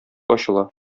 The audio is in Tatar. ачыла